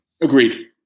Agreed